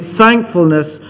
thankfulness